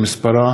שמספרה